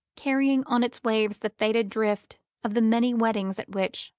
carrying on its waves the faded drift of the many weddings at which,